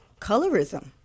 colorism